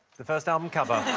the first album cover.